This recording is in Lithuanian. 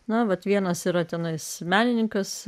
na vat vienas įtartinas menininkas